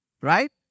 right